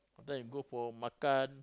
after that go for makan